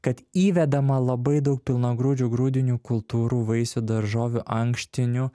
kad įvedama labai daug pilnagrūdžių grūdinių kultūrų vaisių daržovių ankštinių